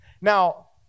Now